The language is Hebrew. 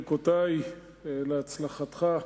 ברכותי להצלחתך,